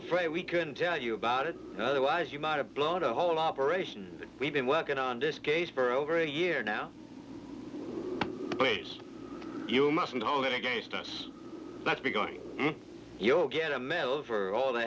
afraid we couldn't tell you about it otherwise you might have blown a whole operation we've been working on this case for over a year now but you mustn't hold it against us that we're going you'll get a mill for all the